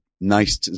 nice